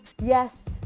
Yes